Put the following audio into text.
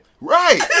Right